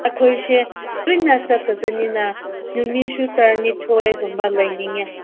ꯑꯩꯈꯣꯏꯁꯦ ꯇꯣꯏꯅ ꯆꯠꯇꯕꯅꯤꯅ ꯅꯨꯃꯤꯠꯁꯨ ꯇꯔꯥꯅꯤꯊꯣꯏꯒꯨꯝꯕ ꯂꯩꯅꯤꯡꯉꯦ